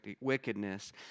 wickedness